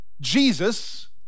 Jesus